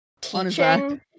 teaching